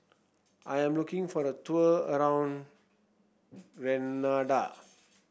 I am looking for a tour around Grenada